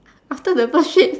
after the bird shit